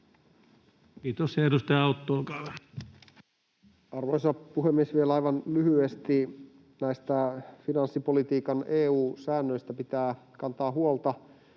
Kiitos. — Edustaja Autto, olkaa hyvä. Arvoisa puhemies! Vielä aivan lyhyesti: Näistä finanssipolitiikan EU-säännöistä pitää kantaa huolta